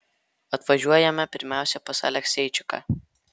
atvažiuojame pirmiausia pas alekseičiką